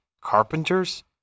Carpenters